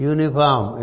Uniform